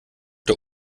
der